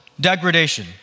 degradation